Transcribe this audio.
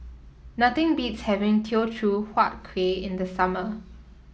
nothing beats having Teochew Huat Kuih in the summer